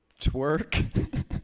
Twerk